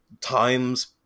times